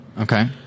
okay